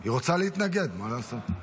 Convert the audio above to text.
היא רוצה להתנגד, מה לעשות?